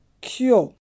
cure